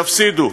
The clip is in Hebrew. יפסידו.